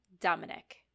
Dominic